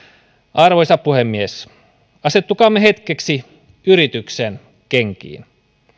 arvoisa puhemies asettukaamme hetkeksi yrityksen kenkiin